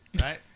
Right